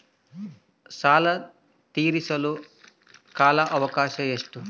ಸಾಲ ತೇರಿಸಲು ಕಾಲ ಅವಕಾಶ ಎಷ್ಟು?